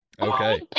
Okay